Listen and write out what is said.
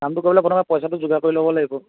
কামটো কৰিবলৈ প্ৰথমতে পইচাটো যোগাৰ কৰি ল'ব লাগিব